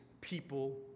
people